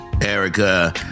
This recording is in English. Erica